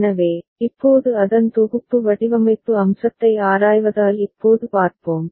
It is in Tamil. எனவே இப்போது அதன் தொகுப்பு வடிவமைப்பு அம்சத்தை ஆராய்வதால் இப்போது பார்ப்போம்